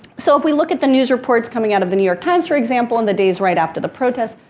so, if we look at the news reports coming out of the new york times for example, in the days right after the protest,